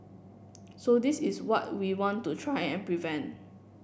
so this is what we want to try and prevent